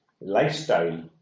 lifestyle